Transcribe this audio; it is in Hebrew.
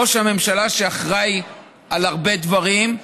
ראש הממשלה, שאחראי להרבה דברים,